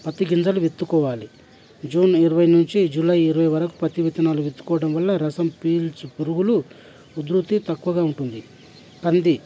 ఉధృతి పత్తి గింజలు విత్తుకోవాలి జూన్ ఇరవై నుంచి జులై ఇరవై వరకు పత్తి విత్తనాలు విత్తుకోవడం వల్ల రసం పీల్చు పురుగులు ఉధృతి తక్కువగా ఉంటుంది కంది